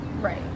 right